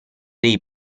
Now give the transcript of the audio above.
dei